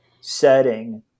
setting